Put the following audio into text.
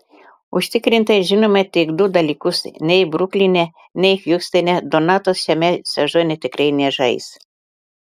užtikrintai žinome tik du dalykus nei brukline nei hjustone donatas šiame sezone tikrai nežais